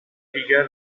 دیگر